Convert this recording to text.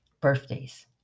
Birthdays